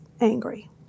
angry